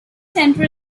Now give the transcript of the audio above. center